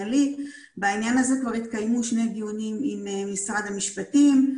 בעניין הזה כבר התקיימו שני דיונים עם משרד המשפטים.